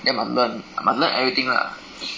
then must learn I must learn everything lah